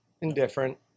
indifferent